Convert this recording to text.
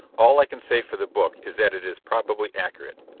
all i can say for the book is that it is probably accurate.